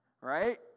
Right